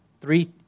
three